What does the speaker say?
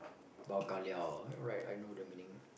bao ka liao ah right I know the meaning